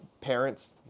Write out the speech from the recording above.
parents